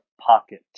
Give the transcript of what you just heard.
pocket